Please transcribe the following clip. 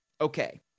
Okay